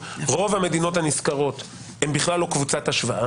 רוב המדינות הנסקרות הן בכלל לא קבוצת השוואה